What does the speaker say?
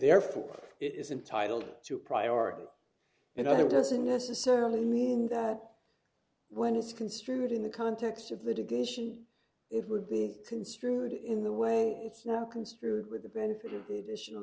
therefore it is entitled to priority and other doesn't necessarily mean that when it's construed in the context of litigation it would be construed in the way it's now construed with the benefit of the additional